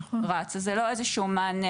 אז זה לא איזה שהוא מענה